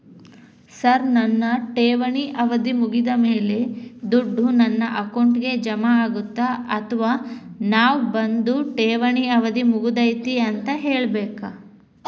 Sir ನನ್ನ ಠೇವಣಿ ಅವಧಿ ಮುಗಿದಮೇಲೆ, ದುಡ್ಡು ನನ್ನ ಅಕೌಂಟ್ಗೆ ಜಮಾ ಆಗುತ್ತ ಅಥವಾ ನಾವ್ ಬಂದು ಠೇವಣಿ ಅವಧಿ ಮುಗದೈತಿ ಅಂತ ಹೇಳಬೇಕ?